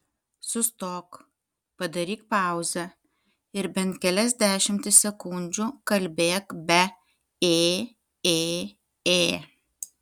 sustok padaryk pauzę ir bent kelias dešimtis sekundžių kalbėk be ė ė ė